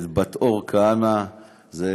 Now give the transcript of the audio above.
בת-אור כהנוביץ,